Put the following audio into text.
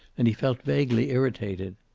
and he felt vaguely irritated.